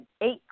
eight